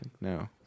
No